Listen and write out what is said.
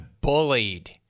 bullied